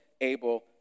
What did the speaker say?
able